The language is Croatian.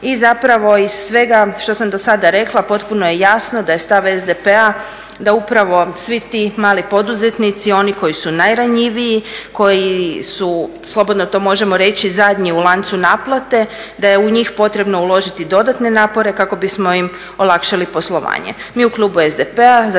i zapravo iz svega što sam dosada rekla potpuno je jasno da je stav SDP-a da upravo svi ti mali poduzetnici, oni koji su najranjiviji, koji su slobodno to možemo reći zadnji u lancu naplate da je u njih potrebno uložiti dodatne napore kako bismo im olakšali poslovanje.